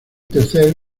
tercer